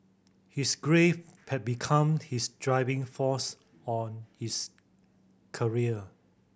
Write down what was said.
his grief had become his driving force on his career